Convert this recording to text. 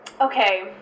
Okay